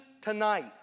tonight